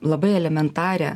labai elementarią